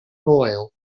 moel